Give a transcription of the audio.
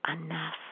enough